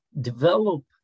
develop